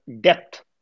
depth